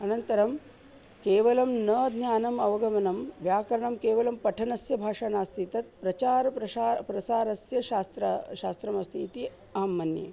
अनन्तरं केवलं न ज्ञानम् अवगमनं व्याकरणं केवलं पठनस्य भाषा नास्ति तत् प्रचारः प्रशा प्रसारस्य शास्त्रं शास्त्रमस्ति इति अहं मन्ये